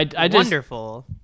wonderful